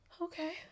Okay